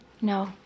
No